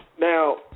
Now